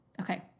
Okay